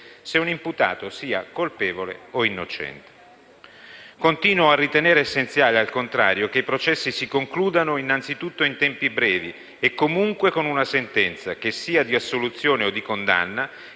se un imputato sia colpevole o innocente. Continuo a ritenere essenziale, al contrario, che i processi si concludano innanzitutto in tempi brevi e comunque con una sentenza, che sia di assoluzione o di condanna,